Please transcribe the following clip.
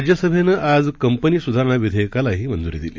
राज्यसभेनं आज कंपनी सुधारणा विधेयकालाही मंजूरी दिली